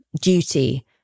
duty